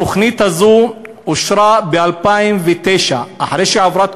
התוכנית הזאת אושרה ב-2009 אחרי שעברה את